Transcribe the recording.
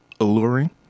alluring